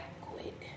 quit